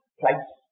place